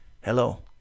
Hello